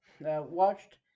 watched